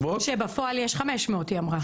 שבפועל יש 500 היא אמרה.